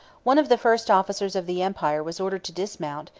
one of the first officers of the empire was ordered to dismount,